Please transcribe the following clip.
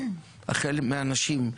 החל מאנשים.